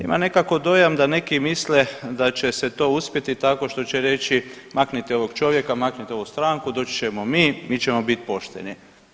Imam nekako dojam da neki misle da će se to uspjeti tako što će reći maknite ovog čovjeka, maknite ovu stranku, doći ćemo mi, mi ćemo biti pošteni.